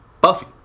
Buffy